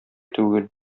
түгел